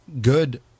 good